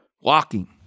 Walking